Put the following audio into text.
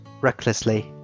recklessly